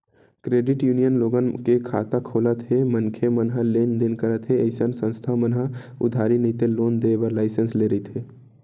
credit union लोगन के खाता खोलत हे मनखे मन ह लेन देन करत हे अइसन संस्था मन ह उधारी नइते लोन देय बर लाइसेंस लेय रहिथे